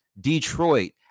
Detroit